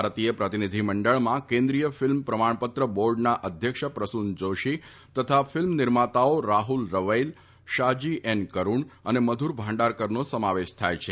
ભારતીય પ્રતિનિધિમંડળમાં કેન્દ્રિય ફિલ્મ પ્રમાણપત્ર બોર્ડના અધ્યક્ષ પ્રસુન જોશી તથા ફિલ્મ નિર્માતાઓ રાહુલ રવૈલ શાજી એન કરૂણ અને મધુર ભાંડારકરનો સમાવેશ થાય છે